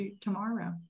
tomorrow